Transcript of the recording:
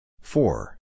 Four